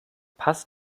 passt